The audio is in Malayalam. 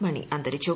മണി അന്തരിച്ചു